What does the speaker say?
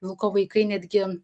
vilko vaikai netgi